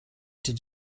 did